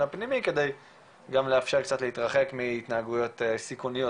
הפנימי כדי גם לאפשר קצת להתרחק מהתנהגויות סיכוניות,